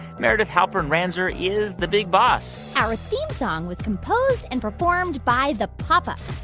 meredith halpern-ranzer is the big boss our theme song was composed and performed by the pop ups.